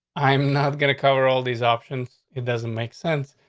i'm not gonna cover all these options. it doesn't make sense.